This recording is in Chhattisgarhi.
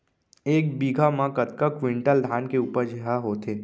एक बीघा म कतका क्विंटल धान के उपज ह होथे?